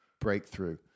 breakthrough